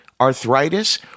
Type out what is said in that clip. arthritis